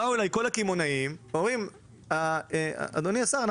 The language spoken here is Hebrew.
באו אליי כל הקמעונאים ואמרו לי: אדוני השר,